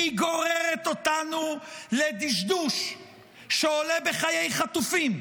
היא גוררת אותנו לדשדוש שעולה בחיי חטופים,